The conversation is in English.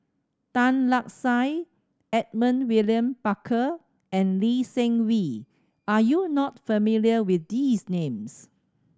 Tan Lark Sye Edmund William Barker and Lee Seng Wee are you not familiar with these names